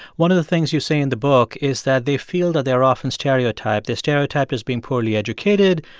one of the things you say in the book is that they feel that they are often stereotyped. they're stereotyped as being poorly educated.